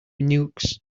nukes